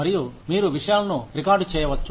మరియు మీరు విషయాలను రికార్డ్ చేయవచ్చు